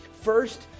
First